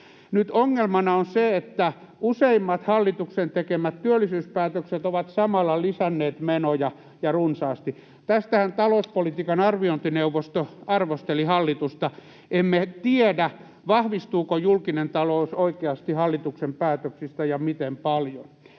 Nyt ongelmana on se, että useimmat hallituksen tekemät työllisyyspäätökset ovat samalla lisänneet menoja ja runsaasti. Tästähän talouspolitiikan arviointineuvosto arvosteli hallitusta. Emme tiedä, vahvistuuko julkinen talous oikeasti hallituksen päätöksistä ja miten paljon.